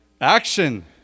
Action